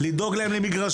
צריך לדאוג להם למגרשים,